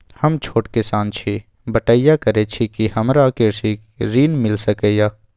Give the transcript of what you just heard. हम छोट किसान छी, बटईया करे छी कि हमरा कृषि ऋण मिल सके या?